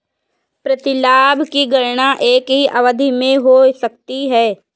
प्रतिलाभ की गणना एक ही अवधि में हो सकती है